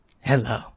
Hello